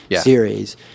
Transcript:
series